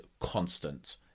constant